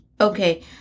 Okay